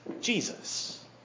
Jesus